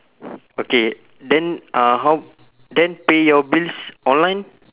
okay then uh how then pay your bills online